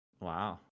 Wow